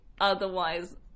otherwise